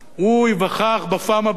הוא ייווכח בפעם הבאה